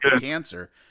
cancer